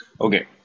Okay